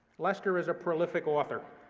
lester is a prolific author,